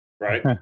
right